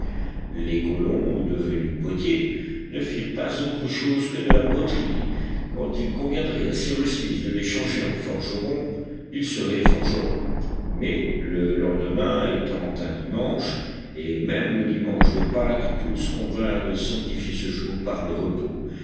les colons devenus potiers ne firent pas autre chose que de la poterie quand il conviendrait à cyrus smith de les changer en forgerons ils seraient forgerons mais le lendemain étant un dimanche et même le dimanche de pâques tous convinrent de sanctifier ce jour par le repos